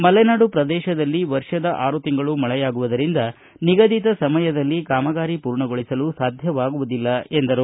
ಮಲೆನಾಡು ಪ್ರದೇಶದಲ್ಲಿ ವರ್ಷದ ಆರು ತಿಂಗಳು ಮಳೆಯಾಗುವುದರಿಂದ ನಿಗದಿತ ಸಮಯದಲ್ಲಿ ಕಾಮಗಾರಿ ಪೂರ್ಣಗೊಳಿಸಲು ಸಾಧ್ಯವಾಗುವುದಿಲ್ಲ ಎಂದರು